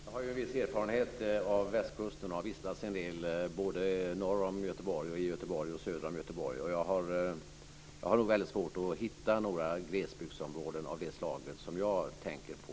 Fru talman! Jag har viss erfarenhet av västkusten. Jag har vistats en del både norr om Göteborg, i Göteborg och söder om Göteborg, och jag har nog väldigt svårt att längs västkusten hitta några glesbygdsområden av det slag jag tänker på.